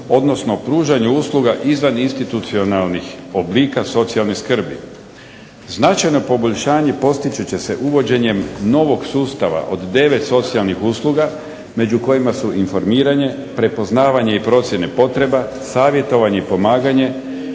odnosno pružanju usluga izvaninstitucionalnih oblika socijalne skrbi. Značajno poboljšanje postići će se uvođenjem novog sustava od 9 socijalnih usluga među kojima su informiranje, prepoznavanje i procjene potreba, savjetovanje i pomaganje,